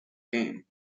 game